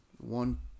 one